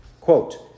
quote